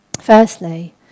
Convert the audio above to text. Firstly